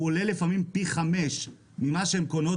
הוא עולה לפעמים פי חמש מהמחיר שהן משלמות